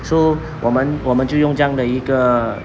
so 我们我们就用这样的一个